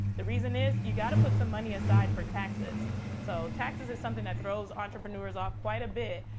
the reason is you've got to put some money aside for taxes so taxes is something that throws entrepreneurs off quite a bit.